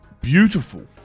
beautiful